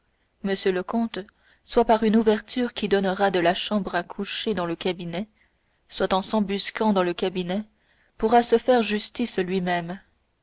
le comte soit par une ouverture qui donnera de la chambre à coucher dans le cabinet soit s'embusquant dans le cabinet pourra se faire justice lui-même